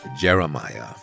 Jeremiah